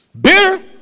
Bitter